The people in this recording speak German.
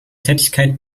tätigkeit